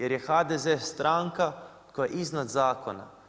Jer je HDZ stranka koja je iznad zakona.